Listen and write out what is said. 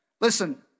Listen